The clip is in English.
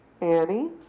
Annie